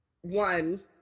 one